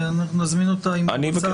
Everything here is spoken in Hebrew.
נזמין אותה אם היא רוצה